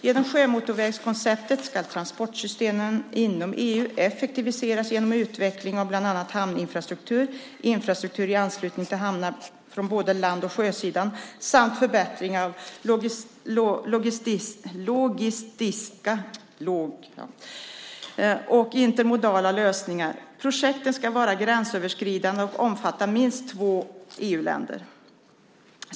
Genom sjömotorvägskonceptet ska transportsystemen inom EU effektiviseras genom utveckling av bland annat hamninfrastruktur, infrastruktur i anslutning till hamnar från både land och sjösidan samt förbättringar av logistiska och intermodala lösningar. Projekten ska vara gränsöverskridande och omfatta minst två EU-länder.